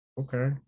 okay